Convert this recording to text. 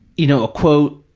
you know, a, quote,